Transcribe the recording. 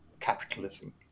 capitalism